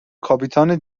کاپیتان